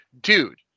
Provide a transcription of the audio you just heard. dude